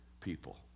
people